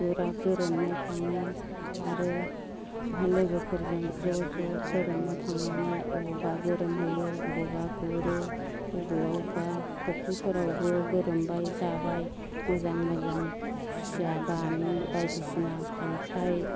गुरा गोरोमनो थाङो आरो लोगोफोरजों ज'ज' गोरोमनि थांनानै अबावबा गोरोमहैयो अबावबा गुरो अबेयावबा फुख्रिफोराबो गोरोमबाय जाबाय मोजां मोजां खुसिया बामि बायदिसिना खांख्राइ